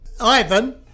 Ivan